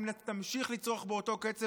אם תמשיך לצרוך באותו קצב,